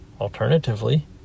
Alternatively